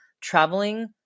traveling